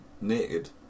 Naked